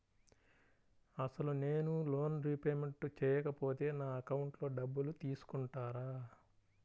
అసలు నేనూ loan repayment చేయకపోతే నా అకౌంట్లో డబ్బులు తీసుకుంటారా?